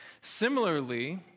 Similarly